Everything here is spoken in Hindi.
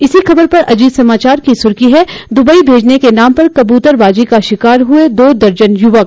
इसी खबर पर अजीत समाचार की सुर्खी है दुबई भेजने के नाम पर कबूतरबाजी का शिकार हुए दो दर्जन युवक